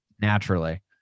naturally